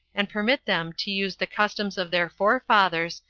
and permit them to use the customs of their forefathers,